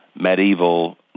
medieval